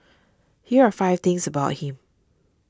here are five things about him